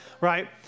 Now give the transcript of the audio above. right